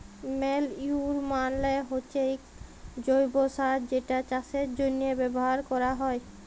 ম্যালইউর মালে হচ্যে এক জৈব্য সার যেটা চাষের জন্হে ব্যবহার ক্যরা হ্যয়